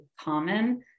common